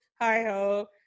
hi-ho